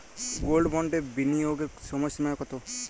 Gold বন্ডে বিনিয়োগের সময়সীমা কতো?